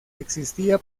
existía